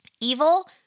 Evil